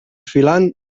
filant